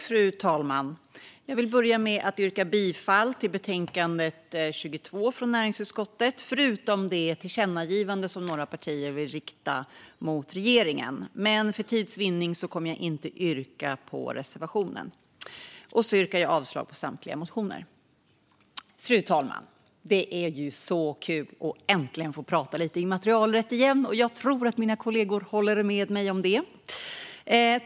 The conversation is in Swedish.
Fru talman! Jag vill yrka bifall till näringsutskottets förslag i betänkande NU22 med undantag för det tillkännagivande som några partier vill rikta till regeringen. För tids vinning kommer jag dock inte att yrka bifall till reservationen. Jag yrkar avslag på samtliga motioner. Det är så kul att äntligen få prata lite immaterialrätt igen! Jag tror att mina kollegor håller med mig om det.